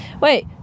Wait